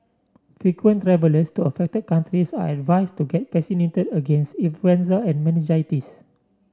frequent travellers to affected countries are advised to get vaccinated against influenza and meningitis